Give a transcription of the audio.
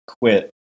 quit